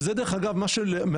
וזה דרך אגב מה שמאפיין,